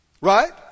Right